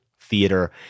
theater